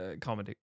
comedy